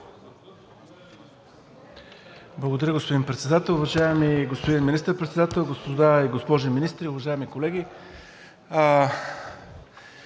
Благодаря, господин Председател. Уважаеми господин Министър-председател, госпожи и господа министри, уважаеми колеги!